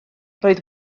roedd